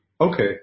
Okay